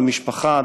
ממשפחה,